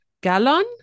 gallon